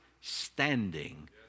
standing